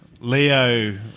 Leo